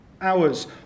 hours